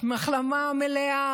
החלמה מלאה,